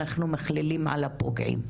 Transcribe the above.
אנחנו מכלילים על הפוגעים.